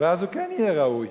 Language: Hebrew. ואז הוא כן יהיה ראוי?